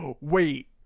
Wait